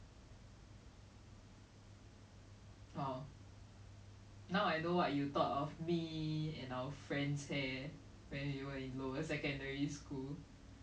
like they are just one of like okay lah maybe like this is the wrong mentality also because like they just like one out of like the thousands of photos that are being posted what makes you think like they have